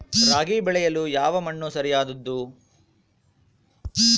ರಾಗಿ ಬೆಳೆಯಲು ಯಾವ ಮಣ್ಣು ಸರಿಯಾದದ್ದು?